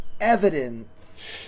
evidence